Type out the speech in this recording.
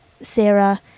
Sarah